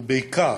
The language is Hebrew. ובעיקר,